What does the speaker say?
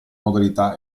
modalità